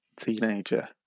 teenager